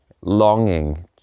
longing